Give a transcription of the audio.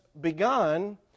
begun